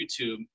YouTube